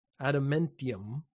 adamantium